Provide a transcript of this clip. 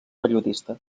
periodista